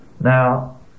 Now